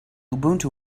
ubuntu